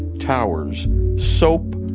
towers soap,